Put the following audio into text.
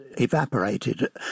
evaporated